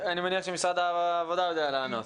אני מניח שמשרד העבודה יודע לענות.